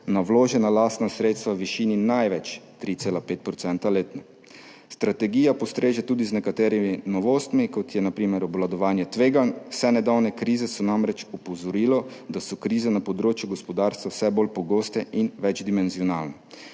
na vložena lastna sredstva v višini največ 3,5 % letno. Strategija postreže tudi z nekaterimi novostmi, kot je na primer obvladovanje tveganj. Vse nedavne krize so namreč opozorilo, da so krize na področju gospodarstva vse bolj pogoste in večdimenzionalne.